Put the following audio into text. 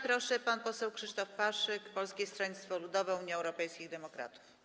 Proszę, pan poseł Krzysztof Paszyk, Polskie Stronnictwo Ludowe - Unia Europejskich Demokratów.